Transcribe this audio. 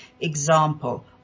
example